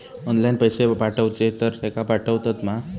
Online पैसे पाठवचे तर तेका पावतत मा?